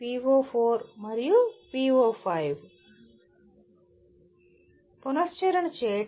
పునశ్చరణ చేయడానికి ప్రోగ్రామ్ ఫలితాలు ఏమిటి